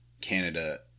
Canada